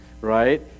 right